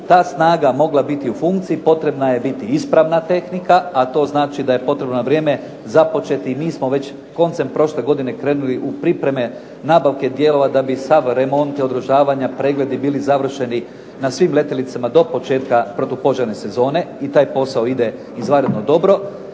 ta snaga mogla biti u funkciji potrebna je biti ispravna tehnika, a to znači da je potrebno na vrijeme započeti, mi smo već koncem prošle godine krenuli u pripreme nabavke dijelova da bi Sabor remonti održavanja pregledi bili završeni na svim letjelicama do početka protupožarne sezone i taj posao ide izvanredno dobro.